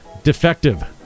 Defective